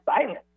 silence